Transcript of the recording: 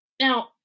Now